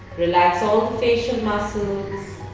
relax all the facial muscles